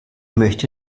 möchte